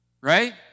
right